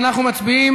אנחנו נעבור,